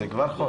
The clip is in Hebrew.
זה חוק שעבר.